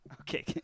Okay